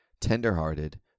tenderhearted